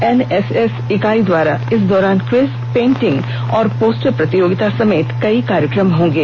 NSS इकाई द्वारा इस दौरान क्विज पेंटिंग और पोस्टर प्रतियोगिता समेत कई कार्यक्रम होंगे